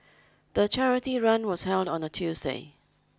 the charity run was held on a Tuesday